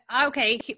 okay